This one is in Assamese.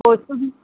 বস্তু